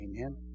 Amen